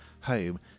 home